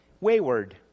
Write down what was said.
Wayward